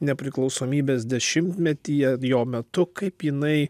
nepriklausomybės dešimtmetyje jo metu kaip jinai